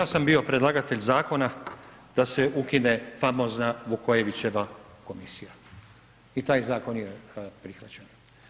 Ja sam bio predlagatelj zakona da se ukine famozna Vukojevićeva komisija i taj zakon je prihvaćen.